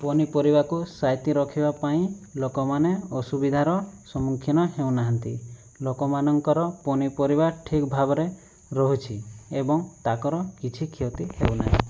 ପନିପରିବାକୁ ସାଇତି ରଖିବା ପାଇଁ ଲୋକମାନେ ଅସୁବିଧାର ସମ୍ମୁଖୀନ ହେଉନାହାନ୍ତି ଲୋକମାନଙ୍କର ପନିପରିବା ଠିକ୍ ଭାବରେ ରହୁଛି ଏବଂ ତାଙ୍କର କିଛି କ୍ଷତି ହେଉନାହିଁ